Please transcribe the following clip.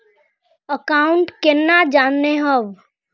Account केना जाननेहव?